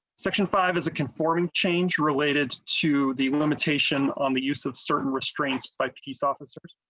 section five is a conform and change related to the limitation um the use of certain restraint by police officers.